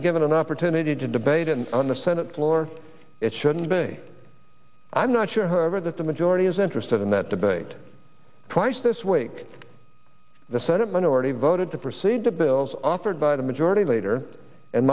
be given an opportunity to debate and on the senate floor it shouldn't be i'm not sure heard that the majority is interested in that debate twice this week the senate minority voted to proceed to bills offered by the majority leader and